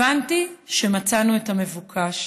הבנתי שמצאנו את המבוקש.